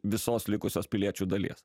visos likusios piliečių dalies